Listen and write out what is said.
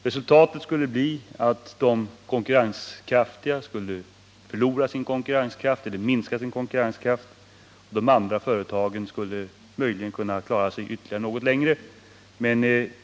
Resultatet skulle bli att de konkurrenskraftiga skulle minska eller förlora sin konkurrenskraft, de andra företagen skulle möjligen kunna klara sig ytterligare något längre.